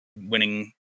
winning